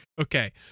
okay